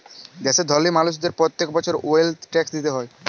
দ্যাশের ধলি মালুসদের প্যত্তেক বসর ওয়েলথ ট্যাক্স দিতে হ্যয়